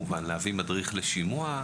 להביא מדריך לשימוע,